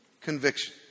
Conviction